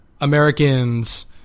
Americans